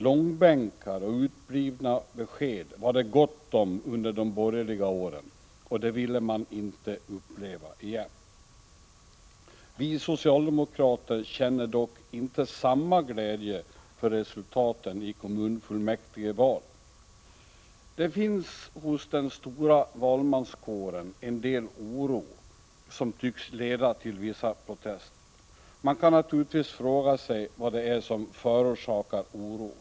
Långbänkar och uteblivna besked var det gott om under de borgerliga åren, och det ville man inte uppleva igen. Vi socialdemokrater känner dock inte samma glädje för resultaten i kommunfullmäktigevalen. Det finns hos den stora valmanskåren en del oro, som tycks leda till vissa protester. Man kan naturligtvis fråga sig vad det är som förorsakar oron.